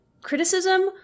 criticism